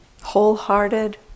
wholehearted